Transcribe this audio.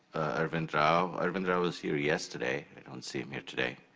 arvind rao. arvind rao was here yesterday. i don't see him here today.